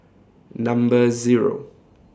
Number Zero